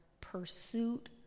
pursuit